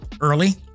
early